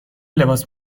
لباس